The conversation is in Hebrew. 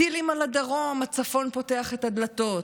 טילים על הדרום, הצפון פותח את הדלתות,